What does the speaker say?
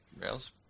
Rails